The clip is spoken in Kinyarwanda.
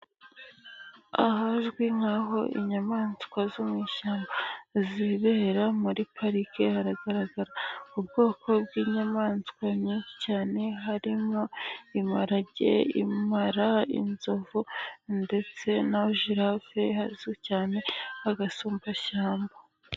Ahazwi nk'aho inyamaswa zo mu ishyamba zibera muri parike, hagaragara ubwoko bw'inyamaswa nyinshi cyane, harimo imparage, impara, inzovu, ndetse na girafe, hazwi cyane agasumbashyamba.